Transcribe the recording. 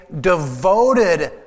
devoted